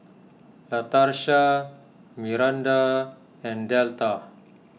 Latarsha Myranda and Delta